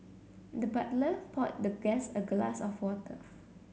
the butler poured the guest a glass of water